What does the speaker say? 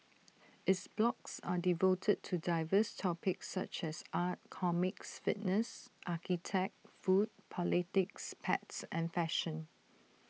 its blogs are devoted to diverse topics such as art comics fitness architect food politics pets and fashion